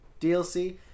dlc